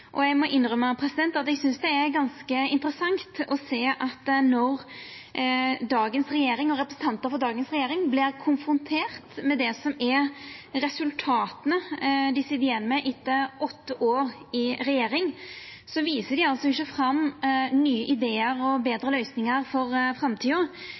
Eg må innrømma at eg synest det er ganske interessant å sjå at når dagens regjering og representantar frå dagens regjering vert konfronterte med resultata dei sit igjen med etter åtte år i regjering, viser dei altså ikkje fram nye idear og betre løysingar for framtida.